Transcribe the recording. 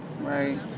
Right